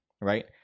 right